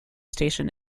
station